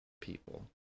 people